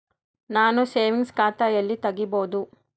ನಾನು ಸೇವಿಂಗ್ಸ್ ಖಾತಾ ಎಲ್ಲಿ ತಗಿಬೋದು?